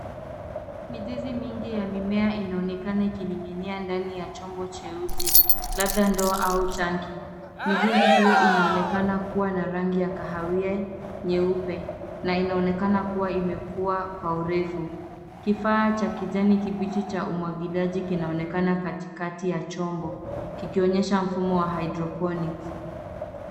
Mizizi mingi ya mimea inaonekana ikining'inia ndani ya chombo cheusi labda ndoo au tangi. Mizizi hiyo inaonekana kuwa na rangi ya kahawia, nyeupe na inaonekana kuwa imekuwa kwa urefu. Kifaa cha kijani kibichi cha umwagiliaji kinaonekana katikati ya chombo kikionyesha mfumo wa hydroponics .